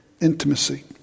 intimacy